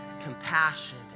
compassion